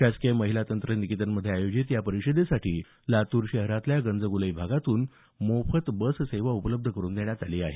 शासकीय महिला तंत्रनिकेतनमध्ये आयोजित या परिषदेसाठी लातूर शहरातल्या गंजगोलाई भागातून मोफत बससेवा उपलब्ध करून देण्यात आली आहे